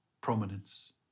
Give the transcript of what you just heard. prominence